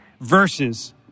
verses